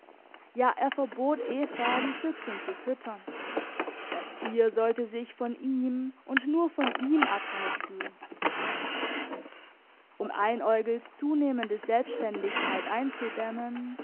ja er verbot eva die füchsin zu füttern das tier sollte sich von ihm und nur von ihm abhängig fühlen um einäugels zunehmende selbständigkeit einzudämmen